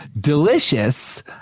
delicious